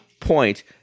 point